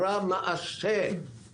אפשר להסמיך אתכם לקבוע עוד התנהגויות.